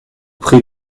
prient